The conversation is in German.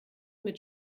mit